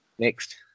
Next